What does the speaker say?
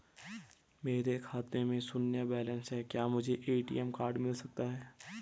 मेरे खाते में शून्य बैलेंस है क्या मुझे ए.टी.एम कार्ड मिल सकता है?